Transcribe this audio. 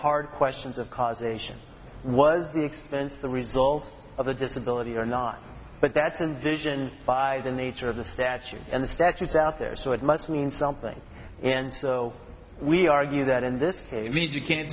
hard questions of causation was the expense the result of the disability or not but that's envisioned by the nature of the statute and the statutes out there so it must mean something and so we argue that in this case means you can't